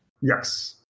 Yes